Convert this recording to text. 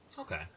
Okay